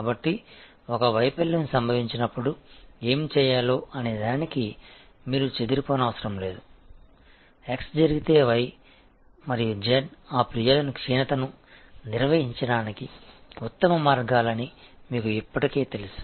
కాబట్టి ఒక వైఫల్యం సంభవించినప్పుడు ఏమి చేయాలో అనే దానికి మీరు చెదిరిపోనవసరం లేదు x జరిగితే y మరియు z ఆ ఫిర్యాదు క్షీణతను నిర్వహించడానికి ఉత్తమ మార్గాలు అని మీకు ఇప్పటికే తెలుసు